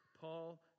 Paul